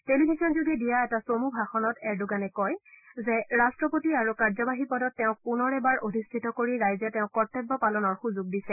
টেলিভিশ্যনযোগে দিয়া এটা চমু ভাষণত এৰডোগানে কয় যে ৰাট্টপতি আৰু কাৰ্যবাহী পদত তেওঁক পুনৰ এবাৰ অধিষ্ঠিত কৰি ৰাইজে তেওঁক কৰ্তব্য পালনৰ সুযোগ দিছে